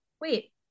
Wait